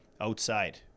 outside